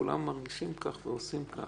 כולם מרגישים כך ועושים כך.